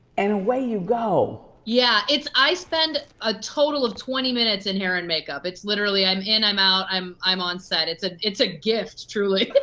and away you go. yeah, it's, i spend a total of twenty minutes in hair and makeup. it's literally i'm in, i'm out, i'm i'm on set. it's ah it's a gift, truly.